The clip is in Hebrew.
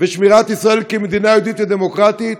ושמירת ישראל כמדינה יהודית ודמוקרטית,